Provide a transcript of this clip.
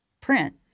print